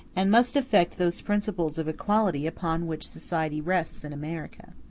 and must affect those principles of equality upon which society rests in america.